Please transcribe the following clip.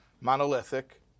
monolithic